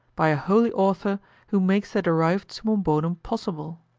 by a holy author who makes the derived summum bonum possible.